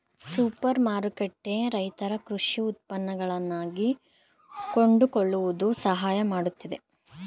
super ಮಾರುಕಟ್ಟೆ ರೈತರ ಕೃಷಿ ಉತ್ಪನ್ನಗಳನ್ನಾ ಕೊಂಡುಕೊಳ್ಳುವುದು ಸಹಾಯ ಮಾಡುತ್ತಿದೆ